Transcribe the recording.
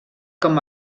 com